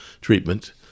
treatment